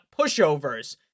pushovers